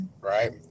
right